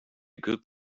good